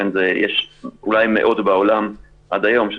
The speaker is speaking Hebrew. יש אולי מאות בעולם עד היום,